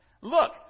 Look